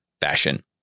fashion